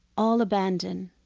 all abandoned